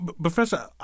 Professor